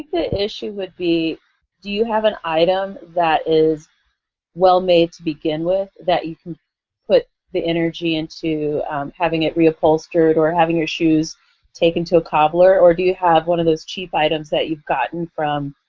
the issue would be do you have an item that is well made to begin with, that you can put the energy into having it reupholstered or having your shoes taken to a cobbler? or do you have one of those cheap items that you've gotten from